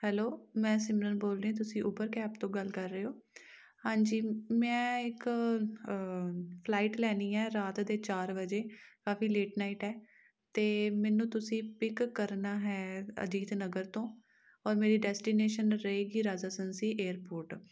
hello ਮੈਂ ਸਿਮਰਨ ਬੋਲ ਰਹੀ ਤੁਸੀਂ ਉਬਰ ਕੈਬ ਤੋਂ ਗੱਲ ਕਰ ਰਹੇ ਹੋ ਹਾਂਜੀ ਮੈਂ ਇੱਕ ਫਲਾਈਟ ਲੈਣੀ ਹੈ ਰਾਤ ਦੇ ਚਾਰ ਵਜੇ ਕਾਫੀ ਲੇਟ ਨਾਈਟ ਹੈ ਅਤੇ ਮੈਨੂੰ ਤੁਸੀਂ ਪਿੱਕ ਕਰਨਾ ਹੈ ਅਜੀਤ ਨਗਰ ਤੋਂ ਔਰ ਮੇਰੀ ਡੈਸਟੀਨੇਸ਼ਨ ਰਹੇਗੀ ਰਾਜਾ ਸੰਸੀ ਏਅਰਪੋਟ